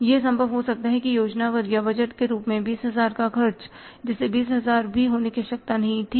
यह संभव हो सकता है कि योजनाबद्ध या बजट के रूप में 20000 का खर्च जिसे20000 भी होने की आवश्यकता नहीं थी